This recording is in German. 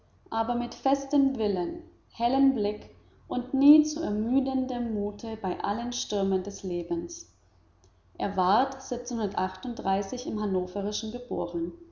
aber mit festem willen hellem blick und nie zu ermüdendem mute bei allen stürmen des lebens er ward im hannoverischen geboren